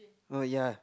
oh ya